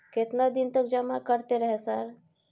केतना दिन तक जमा करते रहे सर?